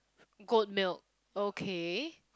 goat milk okay